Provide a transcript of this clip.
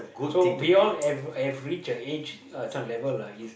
so we all have have reach a age some level ah